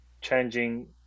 changing